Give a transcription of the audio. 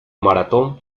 maratón